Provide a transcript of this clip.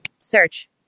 search